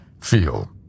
feel